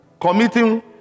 committing